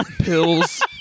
pills